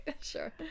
sure